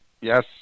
Yes